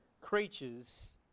creatures